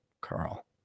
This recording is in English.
Carl